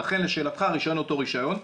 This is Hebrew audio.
לכן לשאלתך הרישיון הוא אותו רישיון,